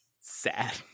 sad